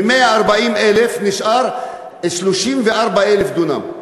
מ-140,000 נשאר 34,000 דונם.